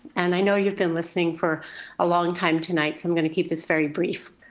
and i know you've been listening for a long time tonight, so i'm gonna keep this very brief.